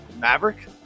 Maverick